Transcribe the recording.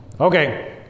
Okay